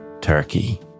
turkey